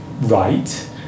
right